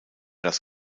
das